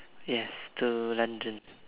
yes to London